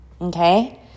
Okay